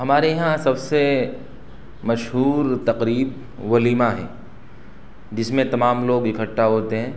ہمارے یہاں سب سے مشہور تقریب ولیمہ ہے جس میں تمام لوگ اکٹھا ہوتے ہیں